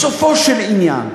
בסופו של עניין,